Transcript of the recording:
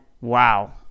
wow